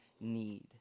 need